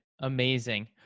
Amazing